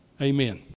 Amen